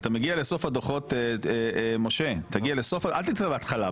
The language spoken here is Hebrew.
אתה מגיע לסוף הדוחות משה, אל תקרא את ההתחלה.